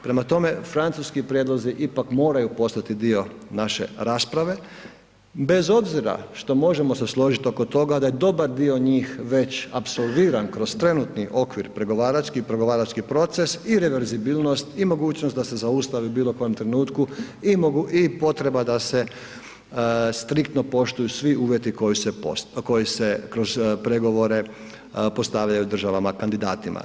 Prema tome, francuski prijedlozi ipak moraju postati dio naše rasprave, bez obzira što se možemo složiti oko toga da je dobar dio njih već apsolviran kroz trenutni okvir pregovarački, pregovarački proces i reverzibilnost i mogućnost da se zaustavi u bilo kom trenutku i potreba da se striktno poštuju svi uvjeti koji se kroz pregovore postavljaju državama kandidatima.